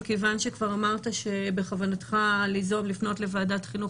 מכיוון שכבר אמרת שבכוונתך לפנות לוועדת החינוך,